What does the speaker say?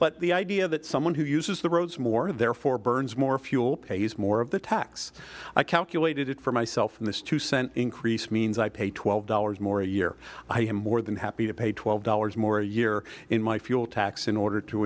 but the idea that someone who uses the roads more therefore burns more fuel pays more of the tax i calculated for myself in this two cent increase means i pay twelve dollars more a year i am more than happy to pay twelve dollars more a year in my fuel tax in order to